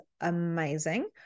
amazing